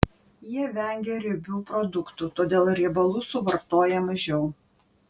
jie vengia riebių produktų todėl riebalų suvartoja mažiau